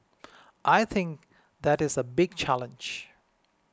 I think that is a big challenge